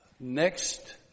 Next